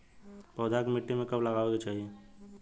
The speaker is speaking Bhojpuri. पौधा के मिट्टी में कब लगावे के चाहि?